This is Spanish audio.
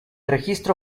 registro